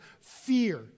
fear